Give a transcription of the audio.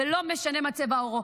- -ולא משנה מה צבע עורו.